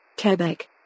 Quebec